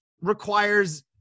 requires